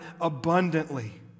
abundantly